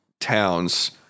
towns